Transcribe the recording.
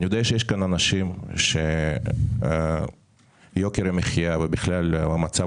אני יודע שיש כאן אנשים שיוקר המחיה ובכלל מצב